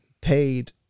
paid